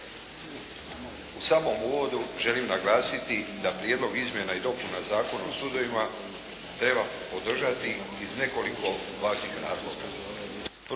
U samom uvodu želim naglasiti da Prijedlog izmjena i dopuna Zakona o sudovima treba podržati iz nekoliko važnih razloga.